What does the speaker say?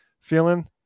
feeling